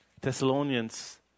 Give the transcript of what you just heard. Thessalonians